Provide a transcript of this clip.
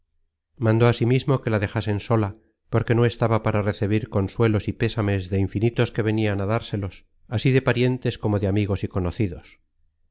mandó asimismo que la dejasen sola porque no estaba para recebir consuelos y pésames de infinitos que venian á dárselos así de parientes como de amigos y conocidos